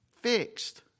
fixed